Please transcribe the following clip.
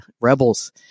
Rebels